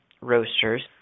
roasters